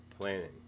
planning